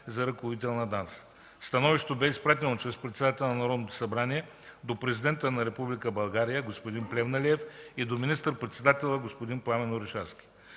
за ръководител на ДАНС. Становището бе изпратено чрез председателя на Народното събрание до президента на Република България господин Плевнелиев и до министър-председателят господин Пламен Орешарски.